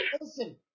Listen